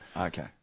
Okay